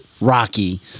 Rocky